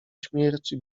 śmierć